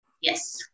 Yes